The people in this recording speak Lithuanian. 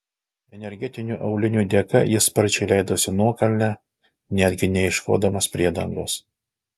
energetinių aulinių dėka jis sparčiai leidosi nuokalne netgi neieškodamas priedangos